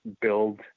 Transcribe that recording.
build